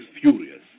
furious